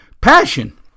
passion